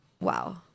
wow